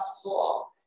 school